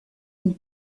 une